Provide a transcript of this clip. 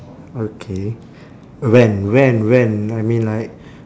okay when when when I mean like